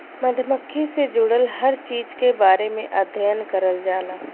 मधुमक्खी से जुड़ल हर चीज के बारे में अध्ययन करल जाला